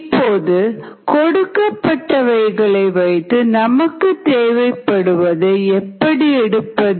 இப்போது கொடுக்கப்பட்டவைகளை வைத்து நமக்கு தேவைப்படுவதை எப்படி எடுப்பது